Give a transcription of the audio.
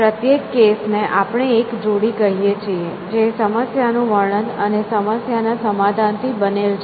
પ્રત્યેક કેસ ને આપણે એક જોડી કહીએ છીએ જે સમસ્યાનું વર્ણન અને સમસ્યાના સમાધાન થી બનેલ છે